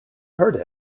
heard